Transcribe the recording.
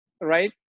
right